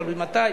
תלוי מתי,